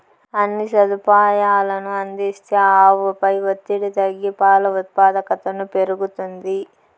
అన్ని సదుపాయాలనూ అందిస్తే ఆవుపై ఒత్తిడి తగ్గి పాల ఉత్పాదకతను పెరుగుతుంది